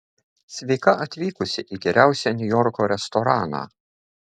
sveika atvykusi į geriausią niujorko restoraną